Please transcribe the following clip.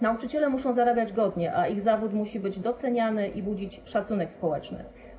Nauczyciele muszą zarabiać godnie, a ich zawód musi być doceniany i budzić szacunek społeczny.